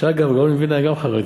ואגב, הגאון מווילנה גם חרדי,